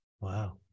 Wow